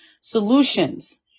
solutions